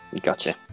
Gotcha